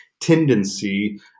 tendency